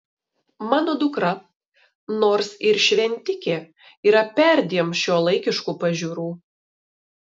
mano dukra nors ir šventikė yra perdėm šiuolaikiškų pažiūrų